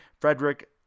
Frederick